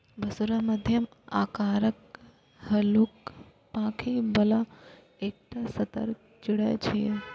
बुशरा मध्यम आकारक, हल्लुक पांखि बला एकटा सतर्क चिड़ै छियै